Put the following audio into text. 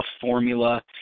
formula